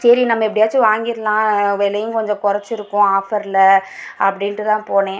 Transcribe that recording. ச நம்ம எப்டியாச்சும் வாங்கிடலாம் விலையும் கொஞ்சம் குறைச்சிருக்கும் ஆஃபரில் அப்படின்ட்டு தான் போனேன்